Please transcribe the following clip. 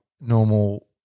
normal